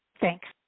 thanks